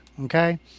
okay